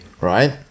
right